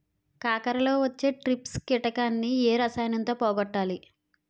కాకరలో వచ్చే ట్రిప్స్ కిటకని ఏ రసాయనంతో పోగొట్టాలి?